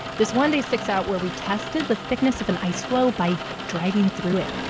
this one day sticks out where we tested the thickness of an ice floe by driving through it